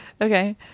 okay